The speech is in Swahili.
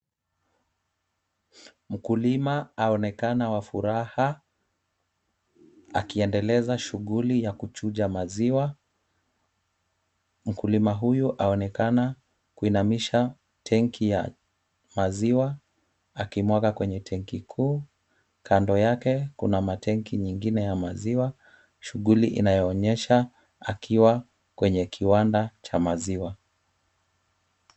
Mkulima aonekana wa furaha, akiendeleza shughuli ya kuchuja maziwa. Mkulima huyu aonekana kuinamisha tenki ya maziwa, akimwaga kwenye tenki kuu. Kando yake kuna matenki nyingine ya maziwa. Shughuli inaonyesha akiwa kwenye kiwanda cha maziwa.